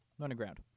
underground